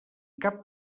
cap